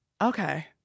Okay